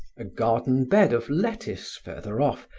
a garden bed of lettuce further off,